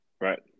Right